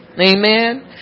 Amen